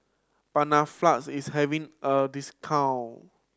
panaflex is having a discount